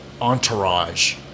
entourage